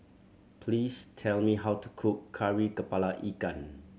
please tell me how to cook Kari Kepala Ikan